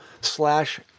slash